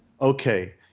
okay